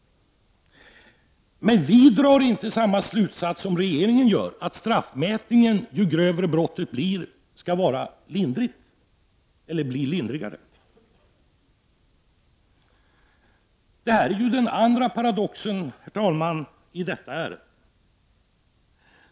Men vi drar inte samma slutsats som regeringen, att straffmätningen skall vara lindrigare ju grövre brottet är. Herr talman! Detta är den andra paradoxen i detta ärende.